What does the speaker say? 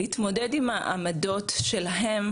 להתמודד עם העמדות שלהם,